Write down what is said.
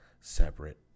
separate